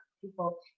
people